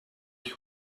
ich